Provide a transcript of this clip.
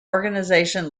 organization